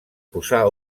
posar